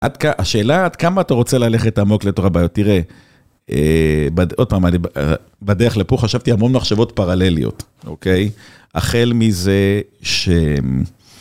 השאלה היא, עד כמה אתה רוצה ללכת עמוק לתוך הבעיות? תראה, עוד פעם, בדרך לפה חשבתי המון מחשבות פרלליות, אוקיי? החל מזה ש...